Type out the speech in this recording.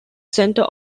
center